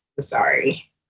Sorry